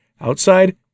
Outside